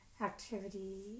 activity